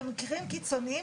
במקרים קיצוניים,